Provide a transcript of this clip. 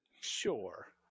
Sure